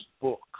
book